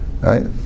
Right